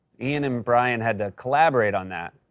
ian and bryan had to collaborate on that.